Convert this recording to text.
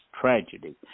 tragedy